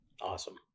Awesome